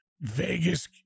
vegas